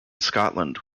scotland